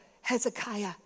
Hezekiah